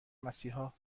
مسیحا